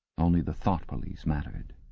only the thought police mattered.